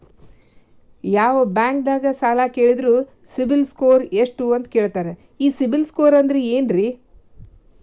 ಯಾವ ಬ್ಯಾಂಕ್ ದಾಗ ಸಾಲ ಕೇಳಿದರು ಸಿಬಿಲ್ ಸ್ಕೋರ್ ಎಷ್ಟು ಅಂತ ಕೇಳತಾರ, ಈ ಸಿಬಿಲ್ ಸ್ಕೋರ್ ಅಂದ್ರೆ ಏನ್ರಿ?